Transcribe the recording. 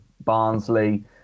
Barnsley